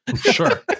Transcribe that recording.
Sure